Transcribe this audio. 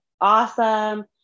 awesome